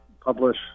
publish